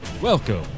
Welcome